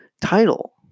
title